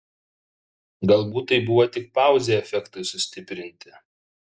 galbūt tai buvo tik pauzė efektui sustiprinti